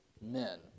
men